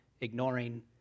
ignoring